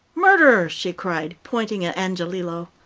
murderer! she cried, pointing at angiolillo.